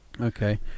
Okay